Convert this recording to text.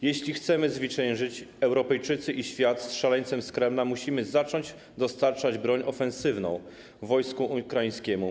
Jeśli chcemy zwyciężyć - Europejczycy i świat - z szaleńcem z Kremla, musimy zacząć dostarczać broń ofensywną wojsku ukraińskiemu.